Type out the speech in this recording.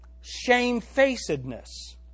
shamefacedness